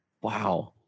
Wow